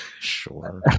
Sure